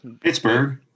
Pittsburgh